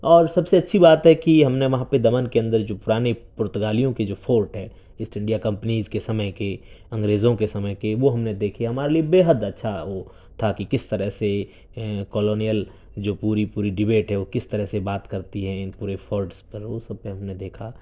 اور سب سے اچھی بات ہے کہ ہم نے وہاں پہ دمن کے اندر جو پرانے پرتگالیوں کے جو فورٹ ہیں ایسٹ انڈیا کمپنیز کے سمے کے انگریزوں کے سمے کے وہ ہم نے دیکھے ہمارے لیے بے حد اچھا وہ تھا کہ کس طرح سے کولونیل جو پوری پوری ڈبیٹ ہے وہ کس طرح سے بات کرتی ہے وہ پورے فورٹز پر وہ سب ہم نے دیکھا